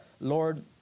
Lord